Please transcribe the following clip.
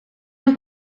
nog